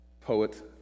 poet